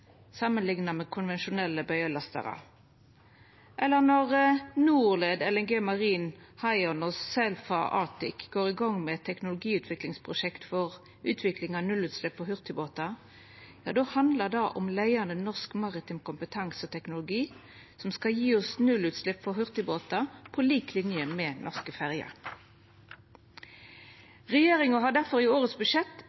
samanlikna med konvensjonelle bøyelastarar. Og når Norled, LMG Marin, Hyon og Selfa Arctic går i gang med eit teknologiutviklingsprosjekt for utvikling av nullutslepp frå hurtigbåtar, handlar det om leiande norsk maritim kompetanse og teknologi som skal gje oss nullutslepp frå hurtigbåtar på lik linje med norske